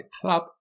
club